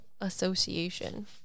association